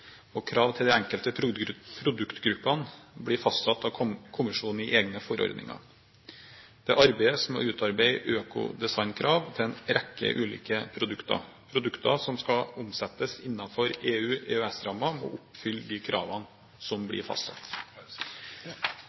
Krav til de enkelte produktgruppene blir fastsatt av kommisjonen i egne forordninger. Det arbeides med å utarbeide økodesignkrav til en rekke ulike produkter. Produkter som skal omsettes innenfor EU/EØS-rammer, må oppfylle de kravene som blir fastsatt.